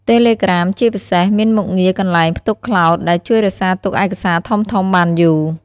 តេឡេក្រាម ជាពិសេស មានមុខងារ កន្លែងផ្ទុកក្លោត ដែលជួយរក្សាទុកឯកសារធំៗបានយូរ។